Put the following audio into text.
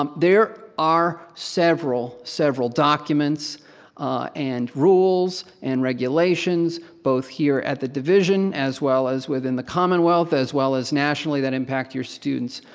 um there are several, several documents and rules and regulations both here at the division as well as within the commonwealth as well as nationally that impact your students.